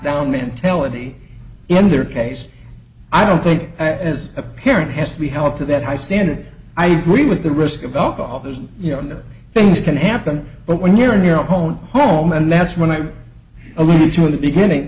down mentality in their case i don't think as a parent has to be held to that high standard i agree with the risk of alcoholism you know things can happen but when you're in your own home and that's when i alluded to in the beginning